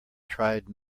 tried